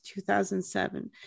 2007